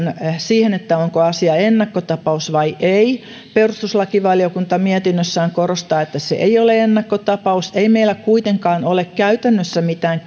siihen onko asia ennakkotapaus vai ei perustuslakivaliokunta mietinnössään korostaa että se ei ole ennakkotapaus ei meillä kuitenkaan ole käytännössä mitään